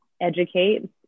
educate